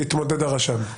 שהרשם יתמודד.